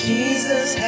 Jesus